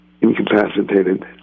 incapacitated